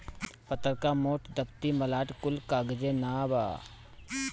पतर्का, मोट, दफ्ती, मलाट कुल कागजे नअ बाअ